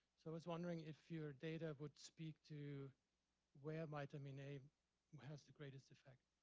so i was wondering if your data would speak to where vitamin a has the greatest effect?